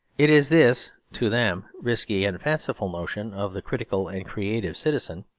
it is this, to them, risky and fanciful notion of the critical and creative citizen,